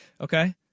Okay